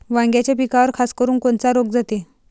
वांग्याच्या पिकावर खासकरुन कोनचा रोग जाते?